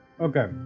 okay